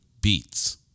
beats